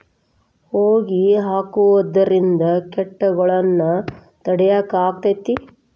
ಹೊಗಿ ಹಾಕುದ್ರಿಂದ ಕೇಟಗೊಳ್ನ ತಡಿಯಾಕ ಆಕ್ಕೆತಿ?